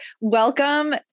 welcome